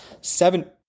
seven